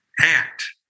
act